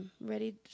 ready